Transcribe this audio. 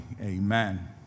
Amen